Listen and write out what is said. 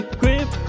grip